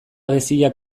geziak